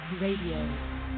Radio